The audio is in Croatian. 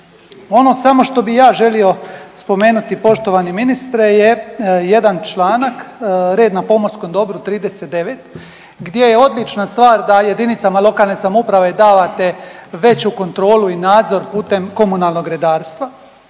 Ono samo što bih ja želio spomenuti poštovani ministre je jedan članak, red na pomorskom dobru 39. gdje je odlična stvar da jedinicama lokalne samouprave davate veću kontrolu i nadzor putem komunalnog redarstva.